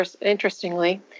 interestingly